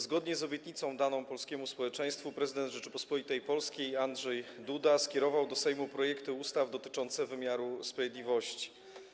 Zgodnie z obietnicą daną polskiemu społeczeństwu prezydent Rzeczypospolitej Polskiej Andrzej Duda skierował do Sejmu projekty ustaw dotyczące wymiaru sprawiedliwości.